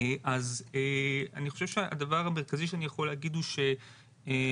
אז אני חושב שהדבר המרכזי שאני יכול להגיד הוא שבצוות